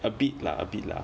a bit lah a bit lah